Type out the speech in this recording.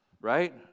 right